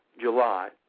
July